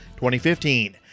2015